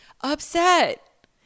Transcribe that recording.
upset